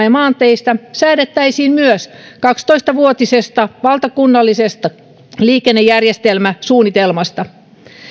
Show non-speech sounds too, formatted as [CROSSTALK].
[UNINTELLIGIBLE] ja maanteistä säädettäisiin myös kaksitoista vuotisesta valtakunnallisesta liikennejärjestelmäsuunnitelmasta